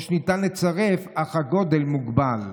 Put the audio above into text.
או שניתן לצרף אך הגודל מוגבל.